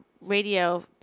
radio